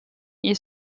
est